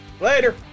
Later